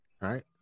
Right